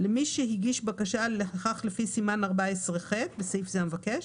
למי שהגיש בקשה לכך לפי סעיף 14כח (בסעיף זה המבקש),